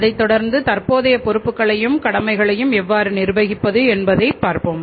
அதைத்தொடர்ந்து தற்போதைய பொறுப்புகளையும் கடமைகளையும் எவ்வாறு நிர்வகிப்பது என்பதை பார்ப்போம்